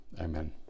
amen